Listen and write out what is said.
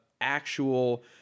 actual